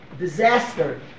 Disaster